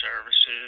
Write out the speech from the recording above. services